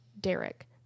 Derek